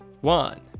one